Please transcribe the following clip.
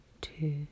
two